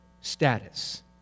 status